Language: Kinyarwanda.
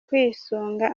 kwisunga